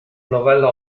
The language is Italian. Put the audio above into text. novella